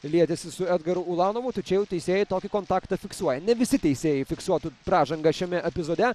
lietėsi su edgaru ulanovu tai čia jau teisėjai tokį kontaktą fiksuoja ne visi teisėjai fiksuotų pražangą šiame epizode